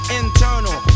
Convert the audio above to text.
internal